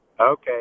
Okay